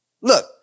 Look